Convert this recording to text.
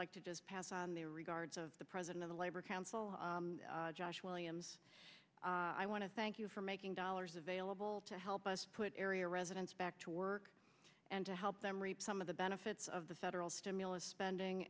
like to just pass on their regards of the president of the labor council josh williams i want to thank you for making dollars available to help us put area residents back to work and to help them reap some of the benefits of the federal stimulus spending